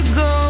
go